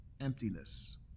emptiness